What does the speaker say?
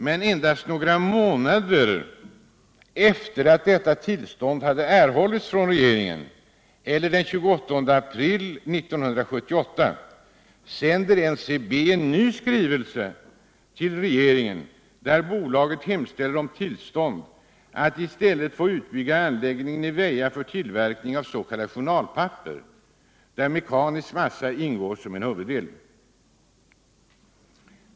Men endast några månader efter det att detta tillstånd hade erhållits från regeringen, eller den 28 april 1978, sänder NCB en ny skrivelse till regeringen, där bolaget hemställer om tillstånd att i stället få utbygga anläggningarna i Väja för tillverkning av s.k. journalpapper, där mekanisk massa ingår som en huvuddel.